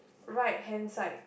right hand side